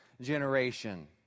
...generation